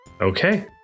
Okay